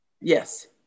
Yes